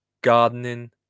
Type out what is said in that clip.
gardening